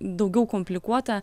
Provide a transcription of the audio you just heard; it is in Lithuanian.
daugiau komplikuota